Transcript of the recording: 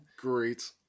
Great